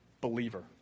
believer